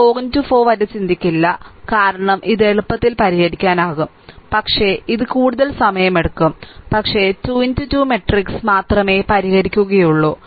4 മുതൽ 4 വരെ ചിന്തിക്കില്ല കാരണം ഇത് എളുപ്പത്തിൽ പരിഹരിക്കാനാകും പക്ഷേ ഇത് കൂടുതൽ സമയം എടുക്കും പക്ഷേ 2 2 മാട്രിക്സ് മാത്രമേ പരിഹരിക്കുകയുള്ളൂ